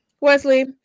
Wesley